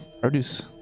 Produce